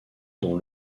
dont